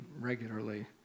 regularly